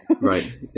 Right